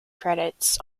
credits